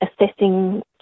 assessing